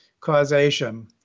causation